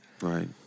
right